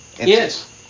Yes